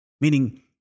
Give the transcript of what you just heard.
Meaning